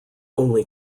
only